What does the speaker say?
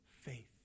faith